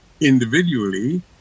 individually